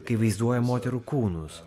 kai vaizduoja moterų kūnus